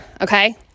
okay